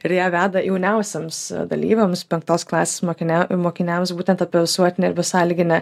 ir ją veda jauniausiems dalyviams penktos klasės mokinia mokiniams būtent apie visuotinę besąlyginę